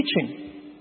teaching